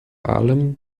allem